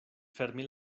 fermi